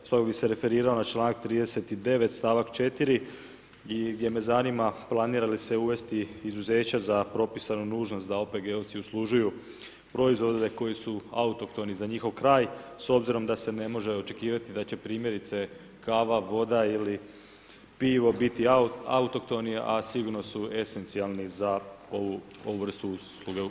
Stoga bih se referirao na čl. 39., st. 4. gdje me zanima planirala li se uvesti izuzeće za propisanu nužnost da OPG-ovci uslužuju proizvode koji su autohtoni za njihov kraj s obzirom da se ne može očekivati da će primjerice kava, voda ili pivo biti autohtoni, a sigurno su esencijalni za ovu vrstu usluge ... Hvala.